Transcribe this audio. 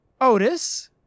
Otis